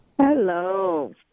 Hello